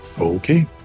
Okay